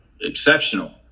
exceptional